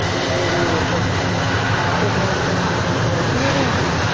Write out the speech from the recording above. and maybe you work with opening up the wingspan today and maybe not.